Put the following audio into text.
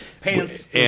Pants